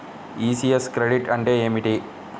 ECS credit అంటే ఏమిటి?